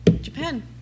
Japan